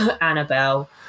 Annabelle